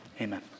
amen